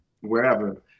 wherever